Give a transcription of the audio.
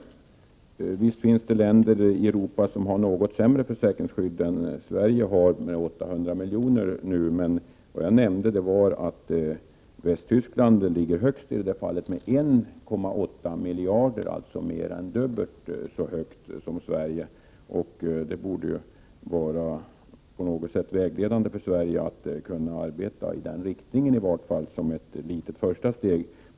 Visst finns det länder i Europa som har ett något sämre försäkringsskydd än Sverige. Den aktuella siffran för Sveriges del är nu 800 milj.kr. vad avser ansvarsgränsen. Men Västtyskland ligger, som jag tidigare nämnde, högst med 1,8 miljarder — alltså mer än dubbelt så mycket. Det borde på något sätt vara vägledande för Sverige i arbetet på detta område, i varje fall som ett första litet steg.